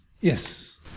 Yes